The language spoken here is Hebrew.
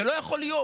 לא יכול להיות